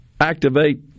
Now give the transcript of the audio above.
activate